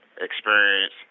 experience